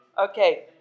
Okay